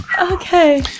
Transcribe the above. Okay